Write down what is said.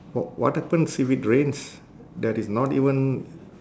wh~ what happens if it rains there is not even